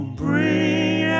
bring